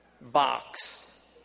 box